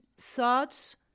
thoughts